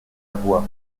avoua